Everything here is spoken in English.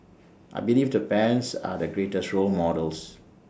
I believe the bands are the greatest role models